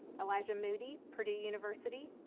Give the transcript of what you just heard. elijah moody, purdue university,